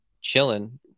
chilling